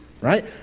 right